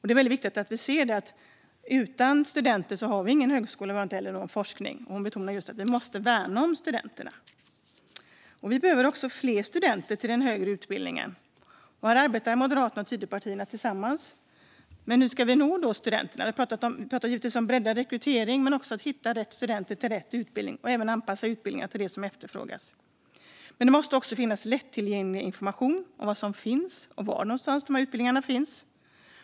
Det är väldigt viktigt att se att utan studenter har vi inte någon högskola och heller ingen forskning, och hon betonade just att vi måste värna om studenterna. Vi behöver också fler studenter till den högre utbildningen. Här arbetar Moderaterna och Tidöpartierna tillsammans. Hur ska vi då nå studenterna? Vi pratar givetvis om breddad rekrytering, men det gäller också att hitta rätt studenter till rätt utbildning och att anpassa utbildningarna till det som efterfrågas. Det måste också finnas lättillgänglig information om vad som finns och var utbildningarna finns.